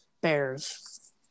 bears